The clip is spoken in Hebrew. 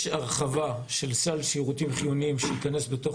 יש הרחבה של סל שירותים חיוניים שייכנס בתוך